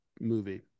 movie